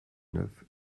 neuf